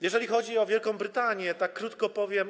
Jeżeli chodzi o Wielką Brytanię, to tak krótko powiem.